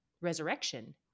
resurrection